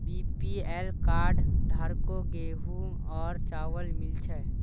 BPL card धारकों गेहूं और चावल मिल छे